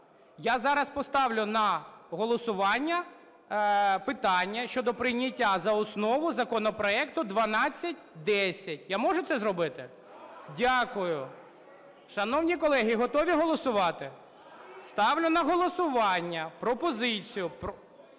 Я зараз поставлю на голосування питання щодо прийняття за основу законопроекту 1210. Я можу це зробити? Дякую. Шановні колеги, готові голосувати? Ставлю на голосування пропозицію…